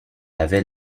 avait